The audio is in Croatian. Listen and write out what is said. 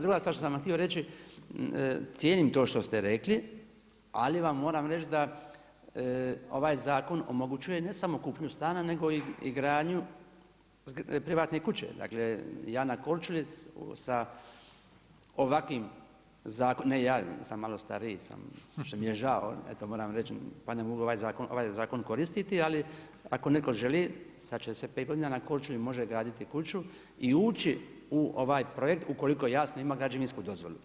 Druga stvar što sa, htio reći, cijenim to što se rekli, ali vam moram reći da ovaj zakon omogućuje ne samo kupnju stana nego i gradnju privatne kuće, dakle ja na Korčuli sa ovakvim zakonom, ne ja, ja sam malo stariji što mi je žao, eto moram reći pa ne mogu ovaj zakon koristiti, ali ako netko želi, sad će se 5 godina na Korčuli može graditi kuću, i ući u ovaj projekt ukoliko jasno, ima građevinsku dozvolu.